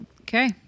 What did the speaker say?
Okay